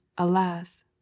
Alas